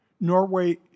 Norway